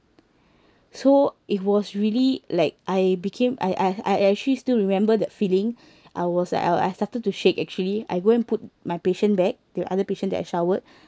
so it was really like I became I I I actually still remember that feeling I was like l I started to shake actually I go and put my patient back the other patient that I showered